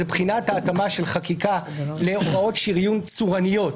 בחינת ההתאמה של חקיקה לערכאות שריון צורניות,